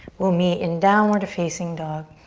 we'll meet in downward facing dog.